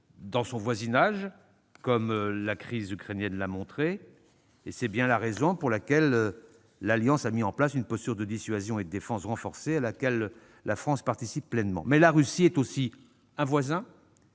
dans son voisinage, comme la crise ukrainienne l'a montré. C'est bien la raison pour laquelle l'Alliance a mis en place une posture de dissuasion et de défense renforcée, à laquelle la France participe pleinement. Mais la Russie est aussi un voisin